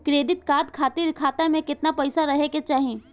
Credit card खातिर खाता में केतना पइसा रहे के चाही?